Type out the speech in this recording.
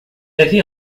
avait